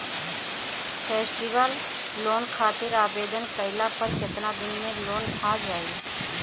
Festival loan खातिर आवेदन कईला पर केतना दिन मे लोन आ जाई?